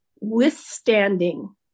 withstanding